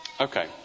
Okay